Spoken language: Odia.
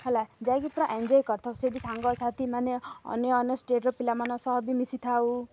ହେଲା ଯାଇକି ପୁରା ଏନଜଏ୍ କରି ଥାଉ ସେଇଠି ସାଙ୍ଗସାଥିମାନେ ଅନ୍ୟ ଅନ୍ୟ ଷ୍ଟେଟ୍ର ପିଲାମାନଙ୍କ ସହ ବି ମିଶି ଥାଉ